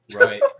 Right